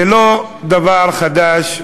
זה לא דבר חדש,